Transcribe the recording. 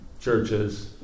churches